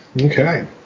Okay